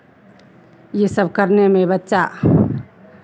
ये सब करने में बच्चा